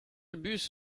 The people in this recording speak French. bus